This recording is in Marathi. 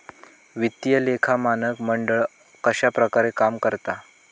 वित्तीय लेखा मानक मंडळ कश्या प्रकारे काम करता?